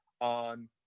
on